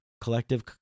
collective